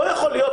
לא יכול להיות,